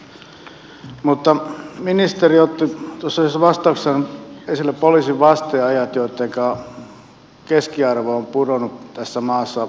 ministeri otti tuossa yhdessä vastauksessaan esille poliisin vasteajat joittenka keskiarvo on pudonnut tässä maassa kiireellisissä hälytystehtävissä